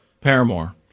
paramore